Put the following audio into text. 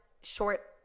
short